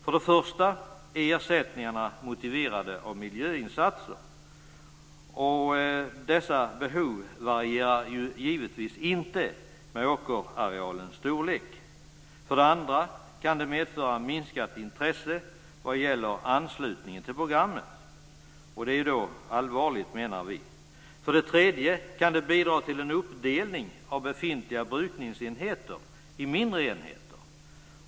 För det första är ersättningarna motiverade av miljöinsatser. Dessa behov varierar givetvis inte med åkerarealens storlek. För det andra kan det medföra minskat intresse vad gäller anslutningen till programmet, och det menar vi vara allvarligt. För det tredje kan det bidra till en uppdelning av befintliga brukningsenheter i mindre enheter.